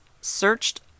searched